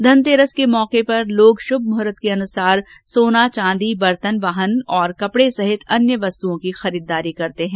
धनतेरस के अवसर पर लोग श्म मुहूर्त के अनुसार सोना चांदी बर्तन वाहन और कपडे सहित अन्य वस्तुओं की खरीददारी करते हैं